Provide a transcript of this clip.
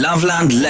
Loveland